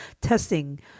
testing